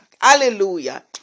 Hallelujah